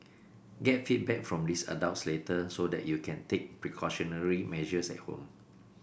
get feedback from these adults later so that you can take precautionary measures at home